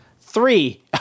three